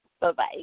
Bye-bye